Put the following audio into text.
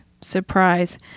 Surprise